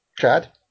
Chad